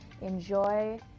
enjoy